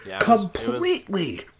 completely